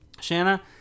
Shanna